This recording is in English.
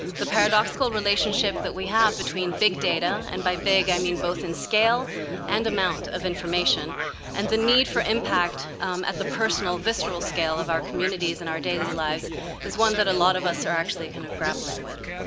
the paradoxical relationship that we have between big data and by big, i mean both in scale and amount of information and the need for impact at the personal, visceral scale of our communities and our daily lives is one that a lot of us are actually kind of grappling with.